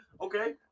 Okay